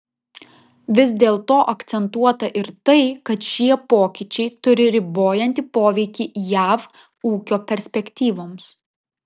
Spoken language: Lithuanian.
vis dėlto akcentuota ir tai kad šie pokyčiai turi ribojantį poveikį jav ūkio perspektyvoms